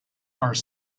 are